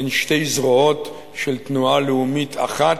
הן שתי זרועות של תנועה לאומית אחת,